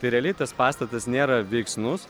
tai realiai tas pastatas nėra veiksnus